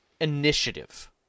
initiative